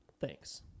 Thanks